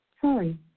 Sorry